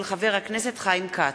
של חבר הכנסת חיים כץ,